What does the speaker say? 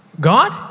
God